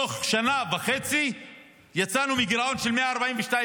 תוך שנה וחצי יצאנו מגירעון של 142